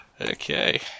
Okay